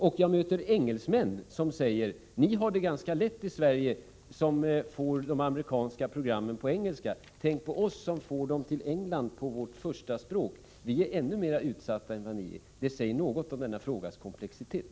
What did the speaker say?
Och jag möter engelsmän som säger: Ni har det ganska lätt i Sverige som får de amerikanska programmen på engelska. Tänk på oss som får dem till England på vårt förstaspråk. Vi är ännu mer utsatta än vad ni är. Det säger något om denna frågas komplexitet.